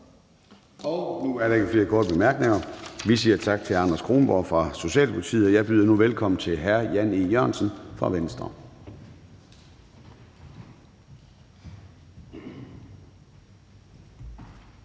Så er der ikke flere korte bemærkninger. Vi siger tak til fru Gunvor Wibroe fra Socialdemokratiet. Jeg byder nu velkommen til hr. Erling Bonnesen fra Venstre.